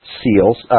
seals